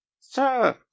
Sir